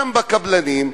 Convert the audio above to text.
גם בקבלנים,